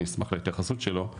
אני אשמח להתייחסות שלו,